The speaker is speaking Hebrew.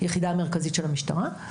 היחידה המרכזית של המשטרה,